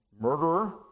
murderer